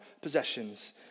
possessions